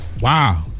Wow